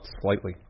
slightly